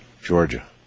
Georgia